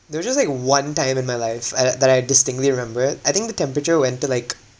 there were just like one time in my life I that that I distinctly remember I think the temperature went to like